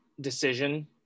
decision